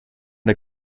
der